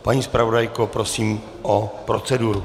Paní zpravodajko, prosím o proceduru.